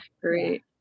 great